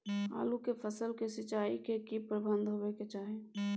आलू के फसल के सिंचाई के की प्रबंध होबय के चाही?